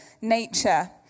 nature